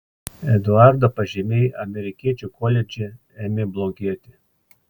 eduardo pažymiai amerikiečių koledže ėmė blogėti